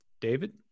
David